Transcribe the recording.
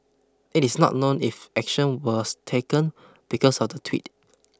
it is not known if action was taken because of the tweet